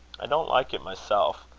i don't like it myself.